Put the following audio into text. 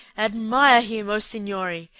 admire him, o signori,